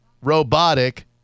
robotic